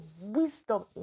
wisdom